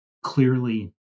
Clearly